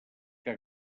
que